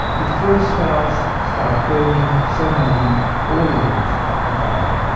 the first stars start burning, so making all the elements up to iron.